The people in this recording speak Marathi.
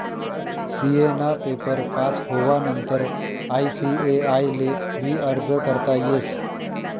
सी.ए ना पेपर पास होवानंतर आय.सी.ए.आय ले भी अर्ज करता येस